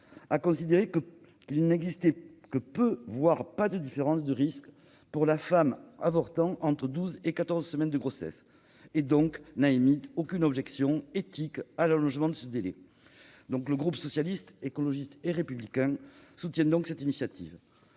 a considéré qu'il n'existait « que peu, voire pas de différence de risque pour la femme avortant entre douze et quatorze semaines de grossesse » et n'a donc émis aucune objection éthique à l'allongement de ce délai. Le groupe Socialiste, Écologiste et Républicain soutient l'initiative